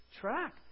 track